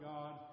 God